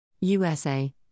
USA